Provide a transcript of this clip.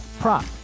Prop